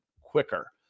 quicker